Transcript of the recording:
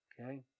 Okay